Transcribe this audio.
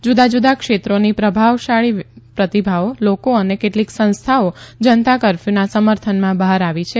જુદા જુદા ક્ષેત્રોના પ્રભાવશાળી પ્રતિભાઓ લોકો અને કેટલીક સંસ્થાઓ જનતા કરર્ફયુના સમર્થનમાં બહાર આવી છે